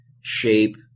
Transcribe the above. shape